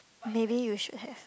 maybe you should have